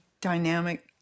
dynamic